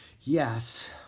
Yes